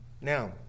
Now